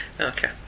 Okay